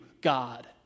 God